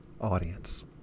audience